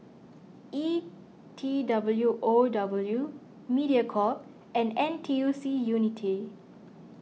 E T W O W Mediacorp and N T U C Unity